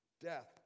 death